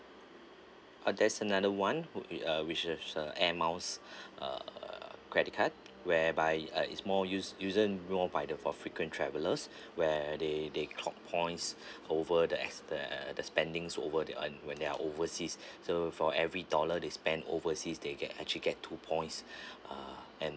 ah there's another one who~ which is a airmiles uh credit card whereby uh it'ss more use using more by the for frequent travellers where they they clock points over the ex~ the the spendings over there and when they're overseas so for every dollar they spent overseas they get actually get two points uh and